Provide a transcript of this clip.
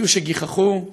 היו שגיחכו,